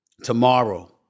Tomorrow